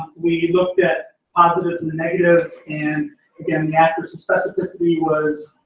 we looked at positives and negatives, and again, the axis of specificity was.